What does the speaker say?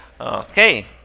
Okay